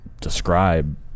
describe